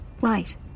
Right